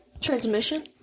Transmission